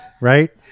right